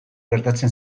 gertatzen